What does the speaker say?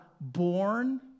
born